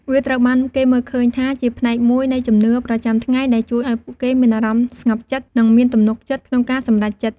វាត្រូវបានគេមើលឃើញថាជាផ្នែកមួយនៃជំនឿប្រចាំថ្ងៃ ដែលជួយឱ្យពួកគេមានអារម្មណ៍ស្ងប់ចិត្ត និងមានទំនុកចិត្តក្នុងការសម្រេចចិត្ត។